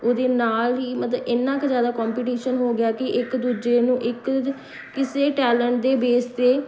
ਉਹਦੇ ਨਾਲ ਹੀ ਮਤਲਬ ਇੰਨਾ ਕੁ ਜ਼ਿਆਦਾ ਕੋਂਪੀਟੀਸ਼ਨ ਹੋ ਗਿਆ ਕਿ ਇੱਕ ਦੂਜੇ ਨੂੰ ਇੱਕ ਕਿਸੇ ਟੈਲੈਂਟ ਦੇ ਬੇਸ 'ਤੇ